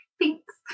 thanks